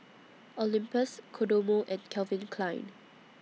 Olympus Kodomo and Calvin Klein